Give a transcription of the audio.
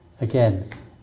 Again